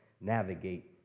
navigate